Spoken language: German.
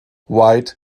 white